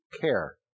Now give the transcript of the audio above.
care